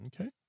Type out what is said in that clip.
Okay